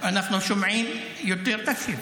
אנחנו שומעים, תקשיב.